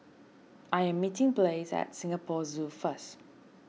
I am meeting Blaise at Singapore Zoo first